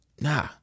nah